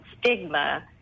stigma